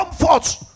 comfort